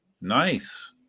Nice